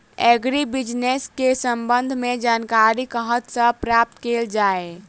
Agri business केँ संबंध मे जानकारी कतह सऽ प्राप्त कैल जाए?